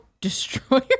Destroyer